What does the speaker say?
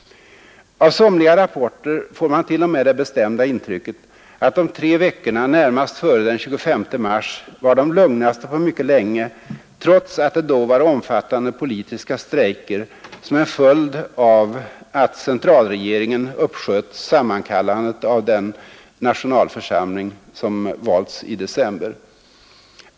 Av somliga rapporter får man t.o.m. det bestämda intrycket att de tre veckorna närmast före den 25 mars var de lugnaste på mycket länge, trots att det då var omfattande politiska strejker som en följd av att centralregeringen uppsköt sammankallandet av den nationalförsamling som valts i december.